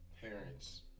parents